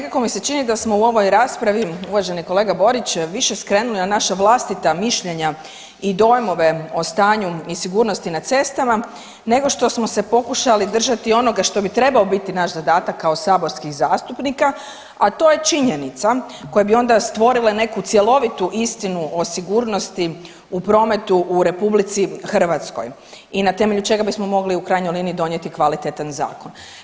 Nekako mi se čini da smo u ovoj raspravi, uvaženi kolega Borić, više skrenuli na naša vlastita mišljenja i dojmove o stanju i sigurnosti na cestama nego što smo se pokušali držati onoga što bi trebao biti naš zadatak kao saborskih zastupnika, a to je činjenica koje bi onda stvorile neku cjelovitu istinu o sigurnosti u prometu u RH i na temelju čega bismo mogli, u krajnjoj liniji donijeti kvalitetan zakon.